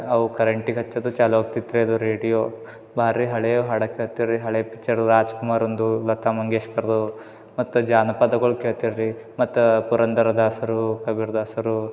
ಅವ ಕರೆಂಟಿಗೆ ಹಚ್ಚದು ಚಾಲೋ ಆಗ್ತಿತೆ ರೀ ಅದು ರೇಡಿಯೋ ಭಾರಿ ಹಳೇ ಹಾಡು ಕೇಳ್ತೀವಿ ರೀ ಹಳೇ ಪಿಚ್ಚರು ರಾಜ್ಕುಮಾರಂದು ಲತಾ ಮಂಗೇಶ್ಕರ್ದು ಮತ್ತು ಜಾನಪದಗಳು ಕೇಳ್ತಾರೆ ರೀ ಮತ್ತು ಪುರಂದರದಾಸರು ಕಬೀರ ದಾಸರು